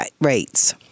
rates